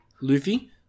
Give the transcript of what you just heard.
Luffy